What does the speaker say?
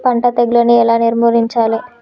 పంట తెగులుని ఎలా నిర్మూలించాలి?